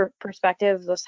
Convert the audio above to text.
perspective